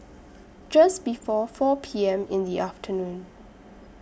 Just before four P M in The afternoon